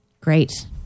Great